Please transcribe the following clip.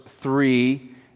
three